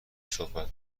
صحبت